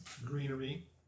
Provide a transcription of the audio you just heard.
greenery